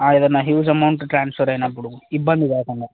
ఏదన్న huge amount transfer అయినప్పుడు ఇబ్బంది కాకుండా